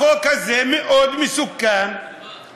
החוק הזה מאוד מסוכן, למה?